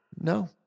No